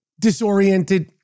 disoriented